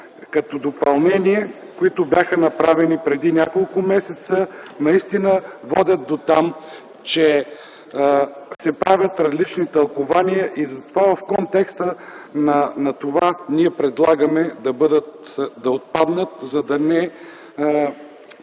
като допълнения, които бяха направени преди няколко месеца, наистина водят до там, че се правят различни тълкувания и затова в контекста на това ние предлагаме да отпаднат, за да не